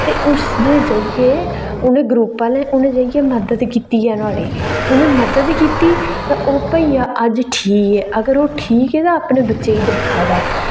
ते उटनें जाइयै मदद कीती ऐ नुआढ़ी उ'नें मदद कीती ते ओह भईया अज्ज ठीक ऐ ते अपने बच्चे गी दिक्खा दा ऐ